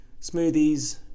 Smoothies